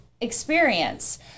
experience